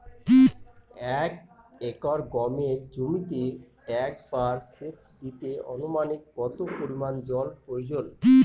এক একর গমের জমিতে একবার শেচ দিতে অনুমানিক কত পরিমান জল প্রয়োজন?